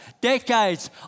decades